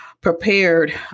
prepared